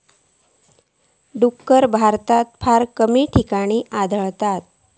डुक्कर भारतात फार कमी ठिकाणी आढळतत